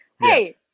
hey